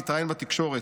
מתראיין בתקשורת.